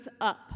up